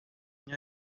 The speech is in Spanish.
años